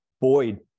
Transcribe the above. Boyd